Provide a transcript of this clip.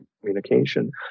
communication